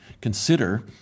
consider